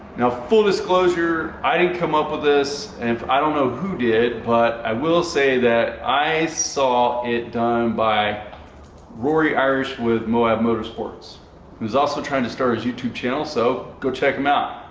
now, full disclosure i didn't come up with this and i don't know who did, but i will say that i saw it done by rory irish with moab motorsports who's also trying to start his youtube channel so go check him out!